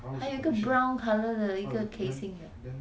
还有一个 brown colour 的一个 casing 的